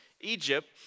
Egypt